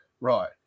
right